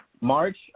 March